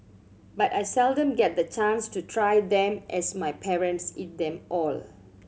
but I seldom get the chance to try them as my parents eat them all